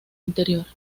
interior